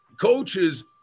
coaches